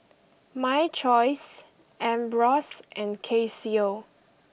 My Choice Ambros and Casio